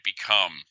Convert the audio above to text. become